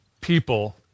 people